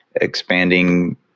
expanding